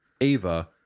Ava